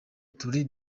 turi